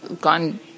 gone